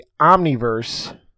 omniverse